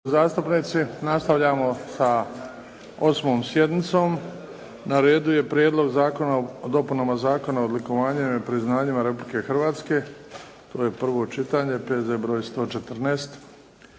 zastupnici, nastavljamo sa 8. sjednicom. Na redu je - Prijedlog zakona o dopunama Zakona o odlikovanjima i priznanjima Republike Hrvatske, prvo čitanje, P.Z. br. 114